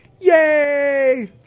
Yay